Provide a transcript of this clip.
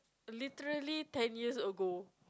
literally ten years ago